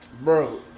Bro